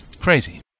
crazy